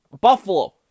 Buffalo